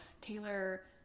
Taylor